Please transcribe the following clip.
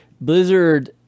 Blizzard